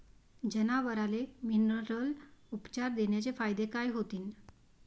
जनावराले मिनरल उपचार देण्याचे फायदे काय होतीन?